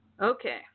Okay